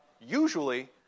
usually